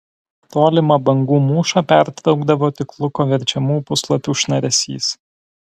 tolimą bangų mūšą pertraukdavo tik luko verčiamų puslapių šnaresys